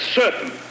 certain